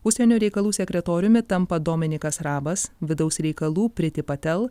užsienio reikalų sekretoriumi tampa dominykas rabas vidaus reikalų priti patel